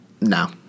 no